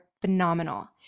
phenomenal